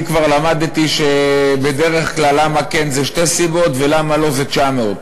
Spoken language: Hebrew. אני כבר למדתי שבדרך כלל "למה כן" זה שתי סיבות ו"למה לא" זה 900,